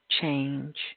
change